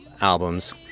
albums